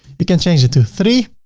we can change it to three.